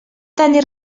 tenir